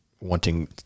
wanting